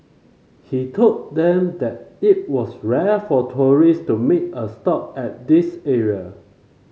he told them that it was rare for tourist to make a stop at this area